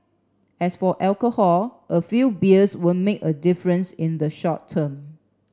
as for alcohol a few beers won't make a difference in the short term